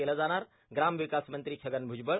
केलं जाणार ग्रामविकास मंत्री छगन भुजबळ